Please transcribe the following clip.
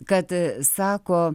kad sako